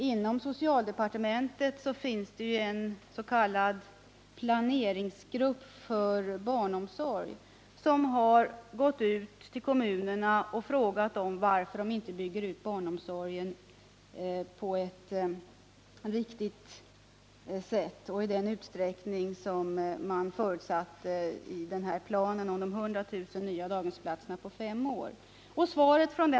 Inom socialdepartementet finns det ju en s.k. planeringsgrupp för barnomsorg, som har frågat kommunerna varför de inte bygger ut barnomsorgen på ett riktigt sätt och i den utsträckning som förutsattes i planen om de 100 000 nya daghemsplatserna på fem år.